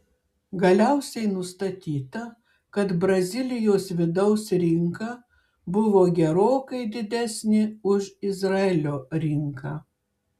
galiausiai nustatyta kad brazilijos vidaus rinka buvo gerokai didesnė už izraelio rinką